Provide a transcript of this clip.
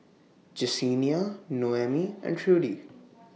Jessenia Noemi and Trudy